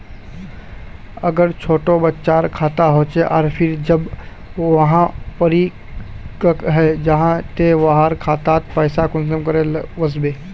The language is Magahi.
अगर छोटो बच्चार खाता होचे आर फिर जब वहाँ परिपक है जहा ते वहार खातात पैसा कुंसम करे वस्बे?